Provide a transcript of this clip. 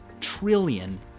trillion